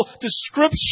description